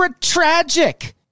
Tragic